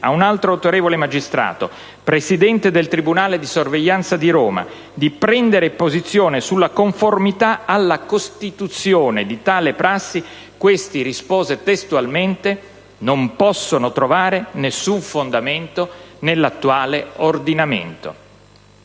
ad un altro autorevole magistrato, presidente del tribunale di sorveglianza di Roma, di prendere posizione sulla conformità alla Costituzione di tali prassi, questi rispose testualmente: «Non possono trovare nessun fondamento nell'attuale ordinamento».